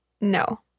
no